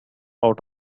out